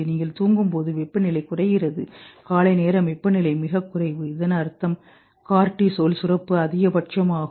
நீங்கள் தூங்கும்போது வெப்பநிலை குறைகிறது காலை நேரம் வெப்பநிலை மிகக் குறைவு இதன் அர்த்தம் கார்டிசோல் சுரப்புஅதிகபட்சமாகும்